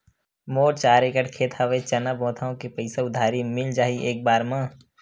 मोर चार एकड़ खेत हवे चना बोथव के पईसा उधारी मिल जाही एक बार मा?